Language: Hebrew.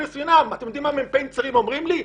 אתם יודעים מה מג"דים צעירים אומרים לי?